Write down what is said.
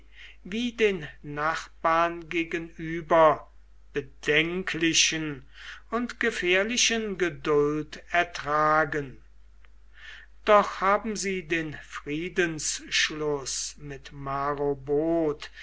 wie den nachbarn gegenüber bedenklichen und gefährlichen geduld ertragen doch haben sie den friedensschluß mit marobod